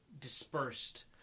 dispersed